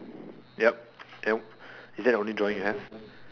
yup then is that the only drawing you have